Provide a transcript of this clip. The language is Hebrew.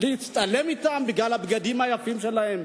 להצטלם אתם בגלל הבגדים היפים שלהם,